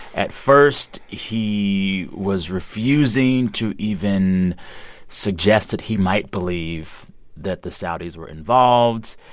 at first, he was refusing to even suggest that he might believe that the saudis were involved.